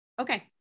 Okay